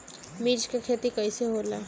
मिर्च के खेती कईसे होला?